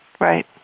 right